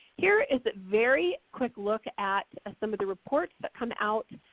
here is a very quick look at some of the reports that come out